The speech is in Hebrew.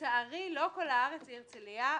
לצערי לא כל הארץ היא הרצליה,